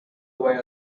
away